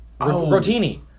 rotini